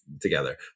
together